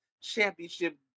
championship